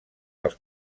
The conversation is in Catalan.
dels